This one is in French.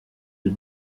les